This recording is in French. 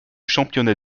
championnat